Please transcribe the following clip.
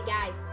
guys